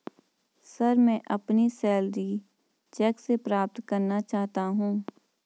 sir, मैं अपनी salary cheque से प्राप्त करना चाहता हूं